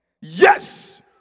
Yes